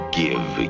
give